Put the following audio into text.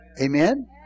Amen